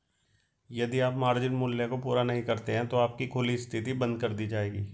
यदि आप मार्जिन मूल्य को पूरा नहीं करते हैं तो आपकी खुली स्थिति बंद कर दी जाएगी